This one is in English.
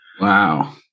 Wow